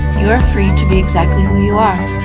you are free to be exactly who you are